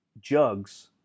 jugs